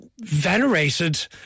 venerated